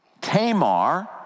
Tamar